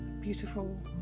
beautiful